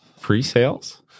Pre-sales